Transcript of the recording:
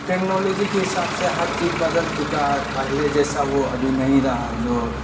technology کے حساب سے ہر چیز بدل چکا ہے پہلے جیسا وہ ابھی نہیں رہا ہے جو